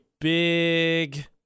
big